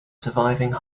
surviving